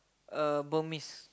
uh Burmese